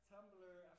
Tumblr